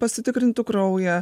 pasitikrintų kraują